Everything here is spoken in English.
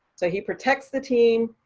so he protects the team.